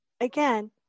Again